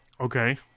Okay